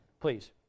please